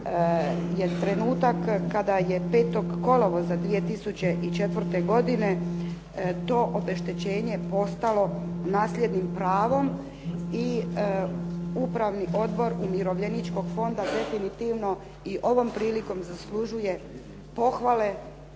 je trenutak kada je 5. kolovoza 2004. godine to obeštećenje postalo nasljednim pravom i Upravni odbor Umirovljeničkog fonda definitivno i ovom prilikom zaslužuje pohvale